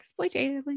exploitatively